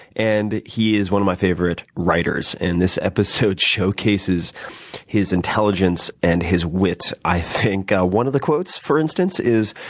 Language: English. and he is one of my favorite writers. and this episode showcases his intelligence and his wit, i think. ah one of the quotes, for instance, is,